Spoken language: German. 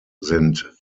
sind